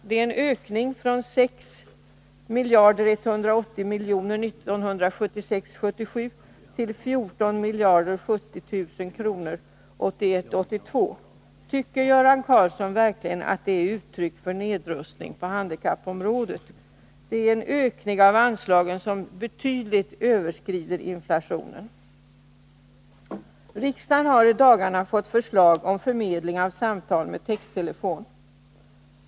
Det är en ökning från 6 180 milj.kr. år 1976 82. Tycker Göran Karlsson verkligen att det är ett uttryck för nedrustning på handikappområdet? Det är en ökning av anslagen som betydligt överskrider inflationen. Riksdagen har i dagarna fått förslag om förmedling av samtal med texttelefon.